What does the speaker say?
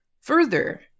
Further